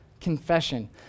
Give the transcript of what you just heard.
Confession